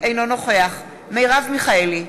אינו נוכח מרב מיכאלי,